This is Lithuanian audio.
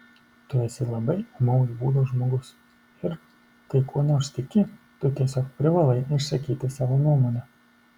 tu esi labai ūmaus būdo žmogus ir kai kuo nors tiki tu tiesiog privalai išsakyti savo nuomonę